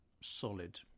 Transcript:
solid